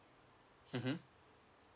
mmhmm